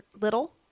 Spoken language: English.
little